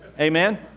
Amen